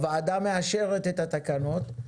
הוועדה מאשרת את התקנות,